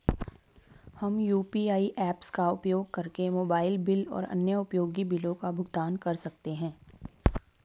हम UPI apps का उपयोग करके मोबाइल बिल और अन्य उपयोगी बिलों का भुगतान कर सकते हैं